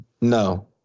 No